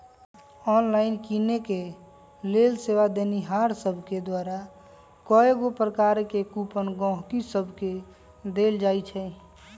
online किनेके लेल सेवा देनिहार सभके द्वारा कएगो प्रकार के कूपन गहकि सभके देल जाइ छइ